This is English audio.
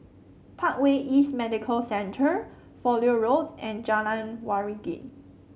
Parkway East Medical Center Fowlie Road and Jalan Waringin